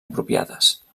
apropiades